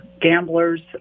Gamblers